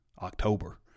October